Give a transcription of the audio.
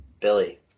Billy